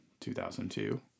2002